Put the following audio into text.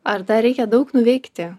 ar dar reikia daug nuveikti